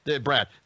Brad